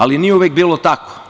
Ali, nije uvek bilo tako.